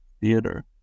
theater